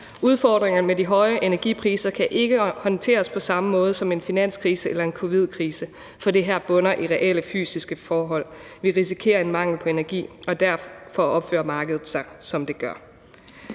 Udfordringerne med de høje energipriser kan ikke håndteres på samme måde som en finanskrise eller en covidkrise, for det her bunder i reelle fysiske forhold. Vi risikerer en mangel på energi, og derfor opfører markedet sig, som det gør.